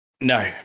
No